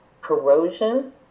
corrosion